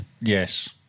yes